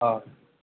অঁ